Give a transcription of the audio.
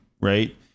right